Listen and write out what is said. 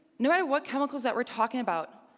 no matter what chemicals that we're talking about,